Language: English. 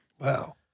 Wow